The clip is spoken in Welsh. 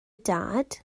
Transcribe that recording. dad